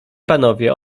panowie